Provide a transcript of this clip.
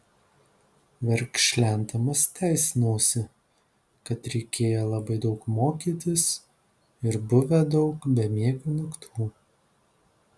verkšlendamas teisinausi kad reikėję labai daug mokytis ir buvę daug bemiegių naktų